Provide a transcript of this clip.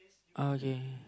oh okay